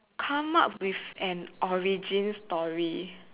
come up with an origin story